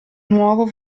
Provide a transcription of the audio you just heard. nuovo